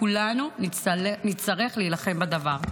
כולנו נצטרך להילחם בדבר.